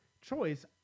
choice